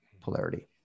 polarity